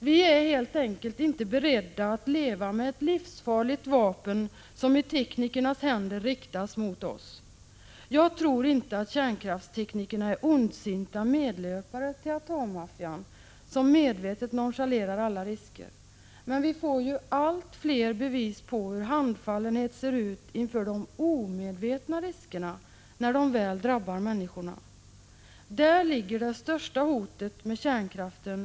Vi är helt enkelt inte beredda att leva med ett livsfarligt vapen som i teknikernas händer riktas mot oss. Jag tror inte att kärnkraftsteknikerna är ondsinta medlöpare till atommaffian, som medvetet nonchalerar alla risker. Vi får dock allt fler bevis på hur handfallen man är när människor väl utsätts för risker som man varit omedveten om. Däri ligger det största hotet med kärnkraften.